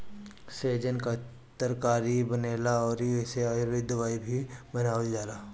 सैजन कअ तरकारी बनेला अउरी एसे आयुर्वेदिक दवाई भी बनावल जाला